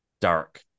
dark